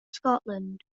scotland